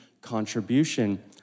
contribution